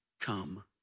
come